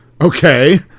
Okay